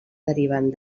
deriven